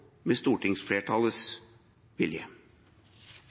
med stortingsflertallets vilje.